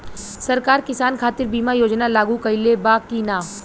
सरकार किसान खातिर बीमा योजना लागू कईले बा की ना?